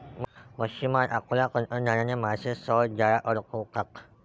मच्छिमार आपल्या तंत्रज्ञानाने मासे सहज जाळ्यात अडकवतात